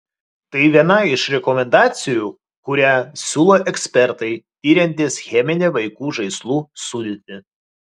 tai viena iš rekomendacijų kurią siūlo ekspertai tiriantys cheminę vaikų žaislų sudėtį